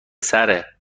سره